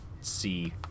see